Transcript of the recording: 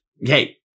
hey